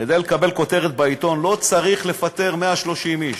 כדי לקבל כותרת בעיתון לא צריך לפטר 130 איש.